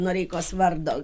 noreikos vardo